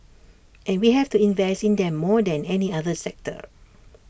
and we have to invest in them more than any other sector